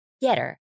Getter